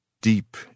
deep